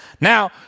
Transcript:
Now